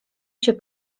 się